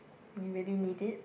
you really need it